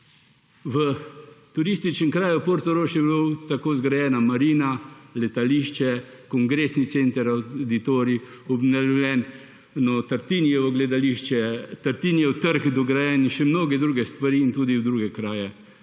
V turističnem kraju Portorož je bila tako zgrajena marina, letališče, kongresni center, avditorij, obnovljeno Tartinijevo gledališče, Tartinijev trg dograjen, še mnoge druge stvari, in tudi v drugih krajih